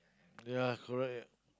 ya correct ya